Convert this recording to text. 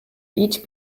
each